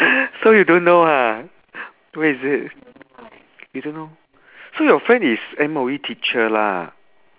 so you don't know ha where is it you don't know so your friend is M_O_E teacher lah